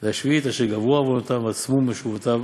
והשביעית, אשר גברו עוונותיו ועצמו משובותיו